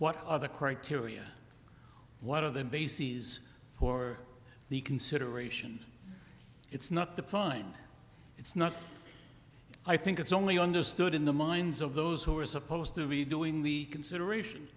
what are the criteria what are the bases for the consideration it's not the time it's not i think it's only understood in the minds of those who are supposed to be doing the consideration